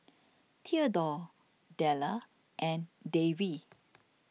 thedore Della and Davie